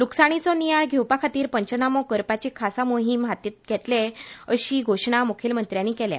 लुकसाणीचो नियाळ घेवपा खातीर पंचनामो करपाची खासा मोहीम हातांत घेतले अशी घोशणा मुखेलमंत्र्यांनी केल्या